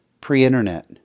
pre-internet